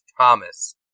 Thomas